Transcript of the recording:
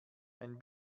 ein